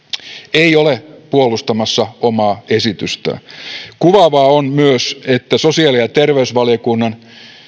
ei ole puolustamassa omaa esitystään kuvaavaa on myös että sosiaali ja terveysvaliokunnan